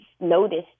noticed